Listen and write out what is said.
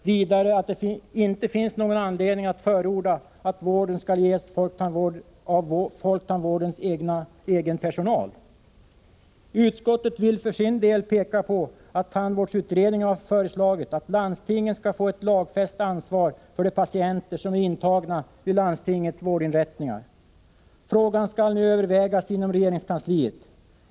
Vidare säger de att det inte finns någon anledning att förorda att vården skall ges av folktandvårdens egen personal. Utskottet vill för sin del peka på att tandvårdsutredningen har föreslagit att landstingen skall få ett lagfäst ansvar för de patienter som är intagna vid landstingens vårdinrättningar. Frågan skall nu övervägas inom regeringskansliet.